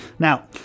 Now